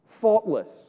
faultless